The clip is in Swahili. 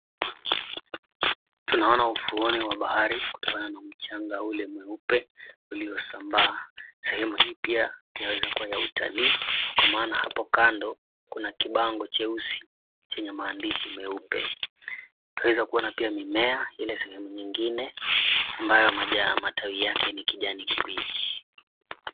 Tunaona ufuoni wa bahari kukiwa na mchanga ule mweupe uliosambaa. Sehemu hii pia yaweza kuwa ya utalii kwa maana hapo kando kuna kibango cheusi chenye maandishi meupe. Twaweza kuona pia mimea ile sehemu nyingine ambayo imejaa, matawi yake ni kijani kibichi.